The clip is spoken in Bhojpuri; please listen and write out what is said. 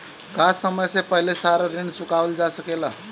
का समय से पहले सारा ऋण चुकावल जा सकेला?